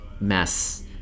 mess